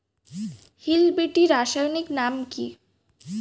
Hill বিটি রাসায়নিক নাম কি?